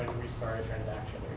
restart a transaction